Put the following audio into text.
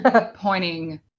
pointing